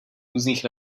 různých